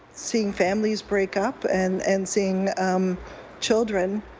seeing families break up and and seeing children